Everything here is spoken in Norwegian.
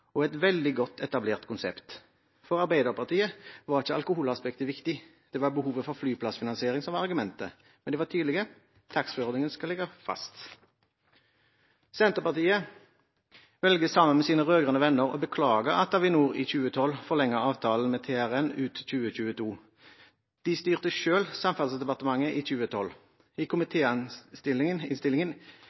og et veldig godt etablert konsept.» For Arbeiderpartiet var ikke alkoholaspektet viktig. Det var behovet for flyplassfinansiering som var argumentet. Men de var tydelige: Taxfree-ordningen skal ligge fast. Senterpartiet velger sammen med sine rød-grønne venner å